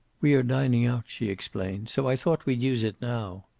we are dining out, she explained. so i thought we'd use it now.